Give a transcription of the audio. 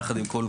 יחד עם כל,